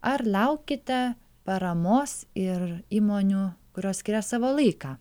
ar laukiate paramos ir įmonių kurios skiria savo laiką